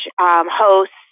hosts